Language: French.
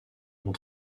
ont